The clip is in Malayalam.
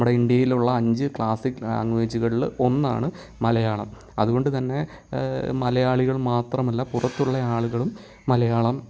നമ്മുടെ ഇന്ത്യയിലുള്ള അഞ്ച് ക്ലാസിക് ലാംഗ്വേജുകളിൽ ഒന്നാണ് മലയാളം അതുകൊണ്ടുതന്നെ മലയാളികൾ മാത്രമല്ല പുറത്തുള്ള ആളുകളും മലയാളം